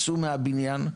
צאו מהבניין,